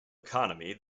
economy